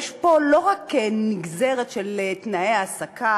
יש פה לא רק נגזרת של תנאי העסקה,